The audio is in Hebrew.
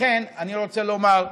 לכן, אני רוצה לומר,